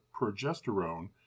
progesterone